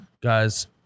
guys